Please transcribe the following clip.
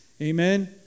Amen